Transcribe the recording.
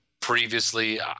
previously